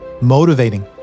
motivating